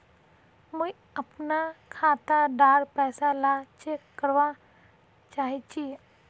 मुई अपना खाता डार पैसा ला चेक करवा चाहची?